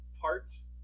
parts